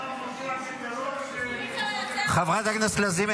אם אפשר לנצח בבחירות --- חברת הכנסת לזימי,